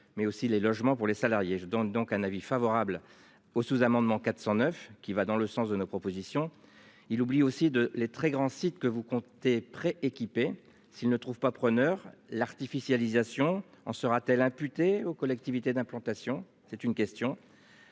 mais aussi les logements pour les salariés. Je donne donc un avis favorable au sous-amendement 409 qui va dans le sens de nos propositions. Il oublie aussi de les très grands sites que vous comptez près équipée. S'ils ne trouvent pas preneur l'artificialisation en sera-t-elle imputés aux collectivités d'implantation. C'est une question.